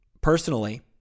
Personally